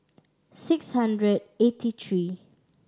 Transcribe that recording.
six hundred eighty three